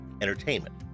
entertainment